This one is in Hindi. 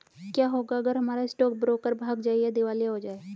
क्या होगा अगर हमारा स्टॉक ब्रोकर भाग जाए या दिवालिया हो जाये?